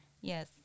yes